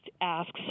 asks